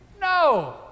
No